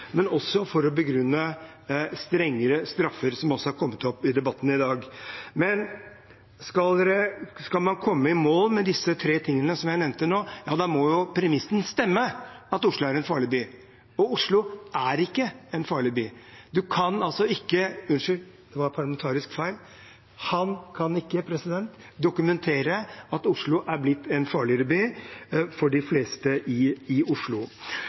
men også for å begrunne strengere straffer, som også har kommet opp i debatten i dag. Skal man komme i mål med disse tre tingene som jeg nevnte, må premissen stemme – at Oslo er en farlig by. Oslo er ikke en farlig by. Han kan ikke dokumentere at Oslo er blitt en farligere by for de fleste i Oslo. Når det gjelder koblingen mellom innvandring og ungdomskriminalitet, som både Carl I.